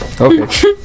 Okay